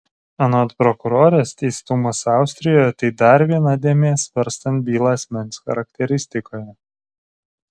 anot prokurorės teistumas austrijoje tai dar viena dėmė svarstant bylą asmens charakteristikoje